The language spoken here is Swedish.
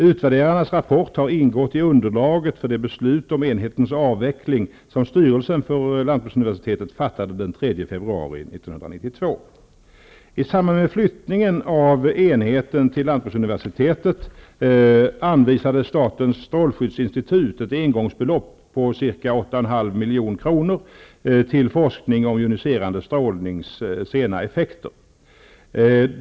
Utvärderarnas rapport har ingått i underlaget för det beslut om enhetens avveckling som styrelsen för lantbruksuniversitetet fattade den 3 februari milj.kr. till forskning om joniserande strålnings sena effekter.